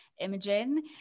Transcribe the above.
Imogen